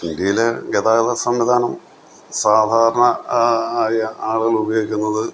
ഇന്ത്യയിലെ ഗതാഗത സംവിധാനം സാധാരണ ആയ ആളുകള് ഉപയോഗിക്കുന്നത്